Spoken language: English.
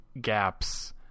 gaps